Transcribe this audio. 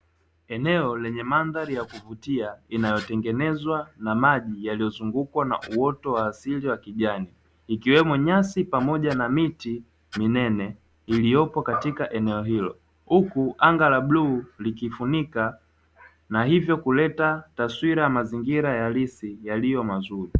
Eneo lenye mandhari ya kuvutia lililozungukwa na maji yaliyozungukwa na uoto wa asili wa kijani ikiwemo, nyasi pamoja na miti minene iliyopo katika eneo hilo. Huku anga la bluu likifunika na hivyo kuleta taswira ya mazingira halisi yalilyo mazuri.